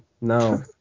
No